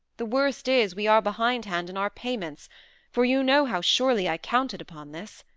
the worst is, we are behindhand in our payments for you know how surely i counted upon this.